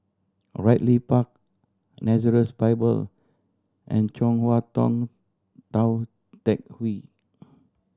Ridley Park Nazareth Bible and Chong Hua Tong Tou Teck Hwee